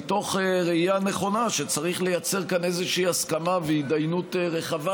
מתוך ראייה נכונה שצריך לייצר כאן איזושהי הסכמה והתדיינות רחבה,